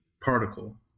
particle